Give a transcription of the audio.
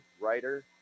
writer